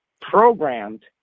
programmed